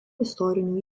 istorinių